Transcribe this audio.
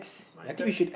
my turn